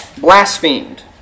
blasphemed